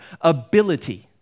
ability